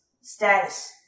Status